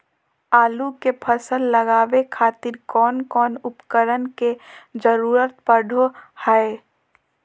आलू के फसल लगावे खातिर कौन कौन उपकरण के जरूरत पढ़ो हाय?